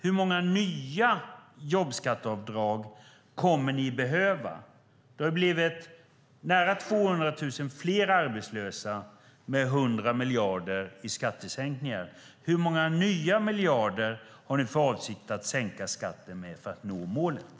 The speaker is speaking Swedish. Hur många nya jobbskatteavdrag kommer ni att behöva? Det har blivit nära 200 000 fler arbetslösa med 100 miljarder i skattesänkningar. Hur många nya miljarder har ni för avsikt att sänka skatten med för att nå målet?